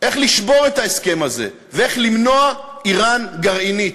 איך לשבור את ההסכם הזה ואיך למנוע איראן גרעינית,